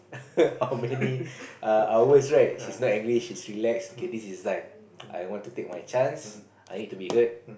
how many uh hours right she's not angry she's relaxed okay this is the time I want to take my chance I need to be heard